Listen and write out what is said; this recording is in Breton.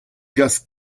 gas